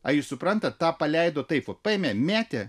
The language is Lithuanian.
ar jūs suprantate tą paleido taip paėmė mėtė